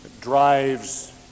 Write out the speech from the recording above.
drives